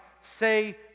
say